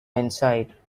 inside